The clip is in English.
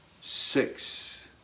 six